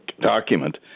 document